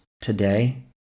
today